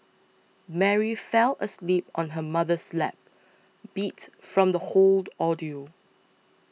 Mary fell asleep on her mother's lap beat from the hold ordeal